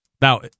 Now